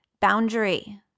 Boundary